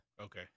Okay